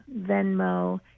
Venmo